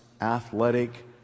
athletic